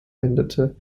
endete